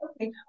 Okay